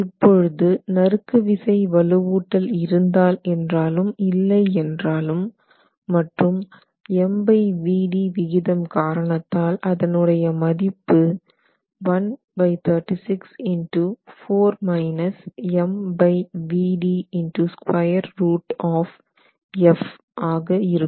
இப்பொழுது நறுக்கு விசை வலுவூட்டல் இருந்தால் என்றாலும் இல்லை என்றாலும் மற்றும் MVd விகிதம் காரணத்தால் அதனுடைய மதிப்பு ஆக இருக்கும்